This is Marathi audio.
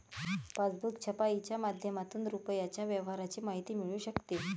पासबुक छपाईच्या माध्यमातून रुपयाच्या व्यवहाराची माहिती मिळू शकते